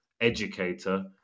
educator